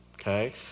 Okay